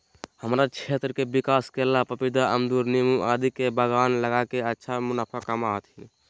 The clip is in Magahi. हमरा क्षेत्र के किसान केला, पपीता, अमरूद नींबू आदि के बागान लगा के अच्छा मुनाफा कमा हथीन